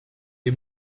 est